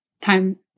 time